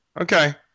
Okay